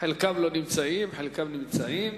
חלקם לא נמצאים, חלקם לא נמצאים.